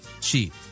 cheap